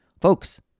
Folks